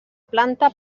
planta